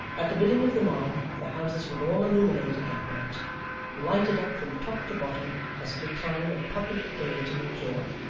at the bidding of the mob, the houses were all illuminated that night lighted up from top to bottom as at a time of public gaiety and joy.